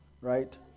right